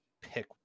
pick